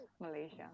Malaysia